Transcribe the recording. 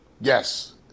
Yes